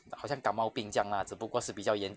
好像感冒病这样 lah 只不过是比较严